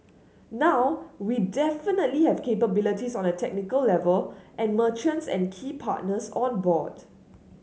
now we definitely have capabilities on a technical level and merchants and key partners on board